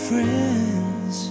Friends